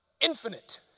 Infinite